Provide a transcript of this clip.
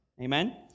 Amen